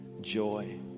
joy